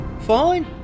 Fine